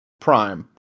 Prime